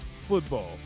football